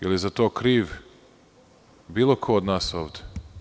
Da li je za to kriv bilo ko od nas ovde?